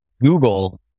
Google